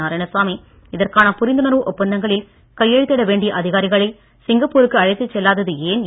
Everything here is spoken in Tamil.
நாராயணசாமி இதற்கான புரிந்துணர்வு ஒப்பந்தங்களில் கையெழுத்திட வேண்டிய அதிகாரிகளை சிங்கப்பூருக்கு அழைத்து செல்லாதது ஏன் என்றும் திரு